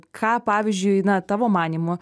ką pavyzdžiui na tavo manymu